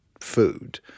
food